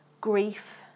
grief